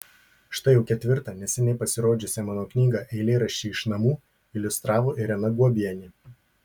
štai jau ketvirtą neseniai pasirodžiusią mano knygą eilėraščiai iš namų iliustravo irena guobienė